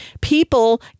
people